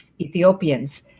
Ethiopians